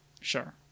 Sure